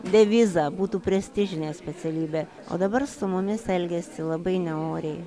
devizą būtų prestižinė specialybė o dabar su mumis elgiasi labai neoriai